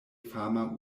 fama